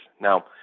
Now